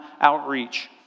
outreach